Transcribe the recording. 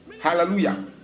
Hallelujah